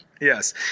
Yes